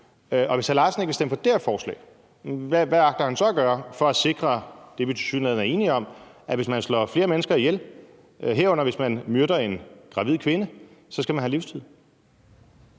hr. Steffen Larsen ikke vil stemme for det her forslag, hvad agter han så at gøre for at sikre det, vi tilsyneladende er enige om, nemlig at hvis man slår flere mennesker ihjel, herunder myrder en gravid kvinde, så skal man have livstid?